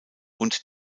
und